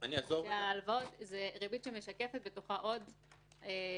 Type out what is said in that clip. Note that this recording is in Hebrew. של ההלוואות זו ריבית שמשקפת בתוכה עוד רווחים,